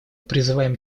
призываем